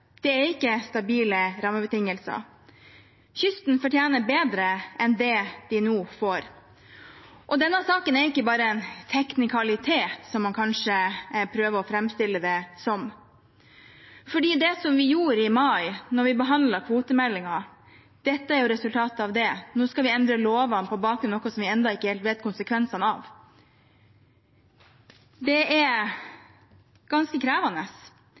Det er ikke stabile rammebetingelser. Kysten fortjener bedre enn det de nå får. Denne saken er ikke bare en teknikalitet, som man kanskje prøver å framstille det som, for dette er et resultat av det vi gjorde i mai, da vi behandlet kvotemeldingen. Nå skal vi endre lovene på bakgrunn av noe vi ennå ikke vet konsekvensene av. Det er ganske krevende.